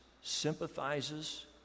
sympathizes